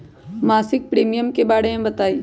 मासिक प्रीमियम के बारे मे बताई?